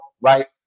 right